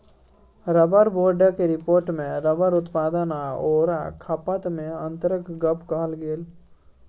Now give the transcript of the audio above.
rubber बोर्डक रिपोर्टमे rubber उत्पादन आओर खपतमे अन्तरक गप कहल गेल